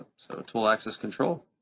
ah so tool axis control